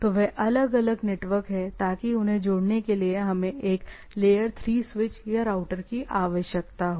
तो वे अलग अलग नेटवर्क हैं ताकि उन्हें जोड़ने के लिए हमें एक लेयर 3 स्विच या राउटर की आवश्यकता हो